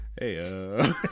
Hey